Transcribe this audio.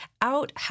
out